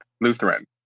Lutheran